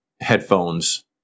headphones